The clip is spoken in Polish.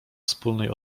wspólnej